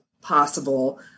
possible